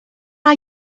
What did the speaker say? are